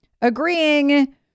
agreeing